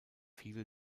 viele